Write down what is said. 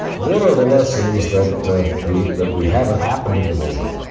what are the lessons that we that we haven't happened to go over